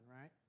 right